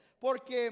Porque